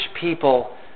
people